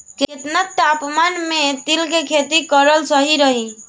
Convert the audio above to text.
केतना तापमान मे तिल के खेती कराल सही रही?